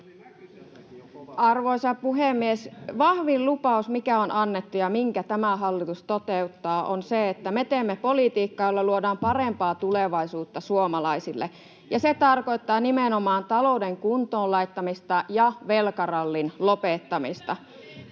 Arvoisa puhemies! Vahvin lupaus, mikä on annettu ja minkä tämä hallitus toteuttaa, on se, että me teemme politiikkaa, jolla luodaan parempaa tulevaisuutta suomalaisille. [Kimmo Kiljunen: Ihan näyttää siltä!] Se tarkoittaa nimenomaan talouden kuntoon laittamista ja velkarallin lopettamista.